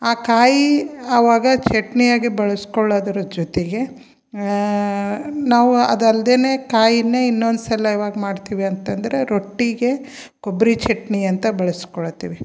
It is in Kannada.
ಆ ಕಾಯಿ ಅವಾಗ ಚಟ್ನಿ ಆಗಿ ಬಳ್ಸ್ಕೊಳ್ಳೊದ್ರ ಜೊತೆಗೆ ನಾವು ಅದು ಅಲ್ದೇ ಕಾಯಿಯನ್ನೇ ಇನ್ನೊಂದು ಸಲ ಇವಾಗ ಮಾಡ್ತೀವಿ ಅಂತಂದರೆ ರೊಟ್ಟಿಗೆ ಕೊಬ್ಬರಿ ಚಟ್ನಿ ಅಂತ ಬಳ್ಸ್ಕೊಳ್ತೀವಿ